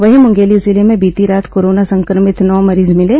वहीं मुंगेली जिले में बीती रात कोरोना संक्रमित नौ मरीज मिले